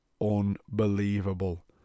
unbelievable